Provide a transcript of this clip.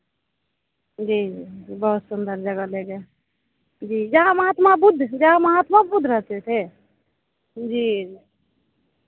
जी जी जी बहुत सुंदर जगह ले गए जी जहाँ महात्मा बुद्ध जहाँ महात्मा बुद्ध रहते थे जी